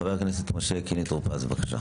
חבר הכנסת משה קינלי טור פז, בבקשה.